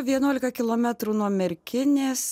vienuolika kilometrų merkinės